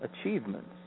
achievements